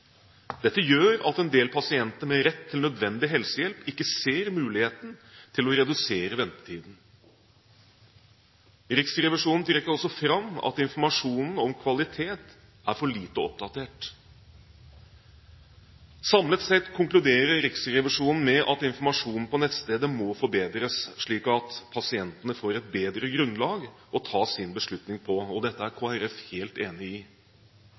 Dette gjør at en del pasienter med rett til nødvendig helsehjelp ikke ser muligheten til å redusere ventetiden. Riksrevisjonen trekker også fram at informasjonen om kvalitet er for lite oppdatert. Samlet sett konkluderer Riksrevisjonen med at informasjonen på nettstedet må forbedres, slik at pasientene får et bedre grunnlag å ta sin beslutning på. Dette er Kristelig Folkeparti helt enig i.